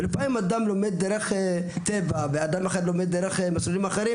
ולפעמים אדם לומד דרך טבע ואדם אחר לומד דרך מסלולים אחרים.